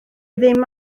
ddim